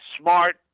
smart